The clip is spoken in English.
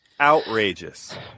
Outrageous